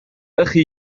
أخي